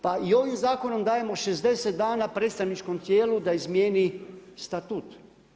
Pa i ovim zakonom dajemo 60 dana predstavničkom tijelu da zamjeni statut.